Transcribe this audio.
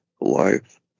life